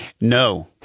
No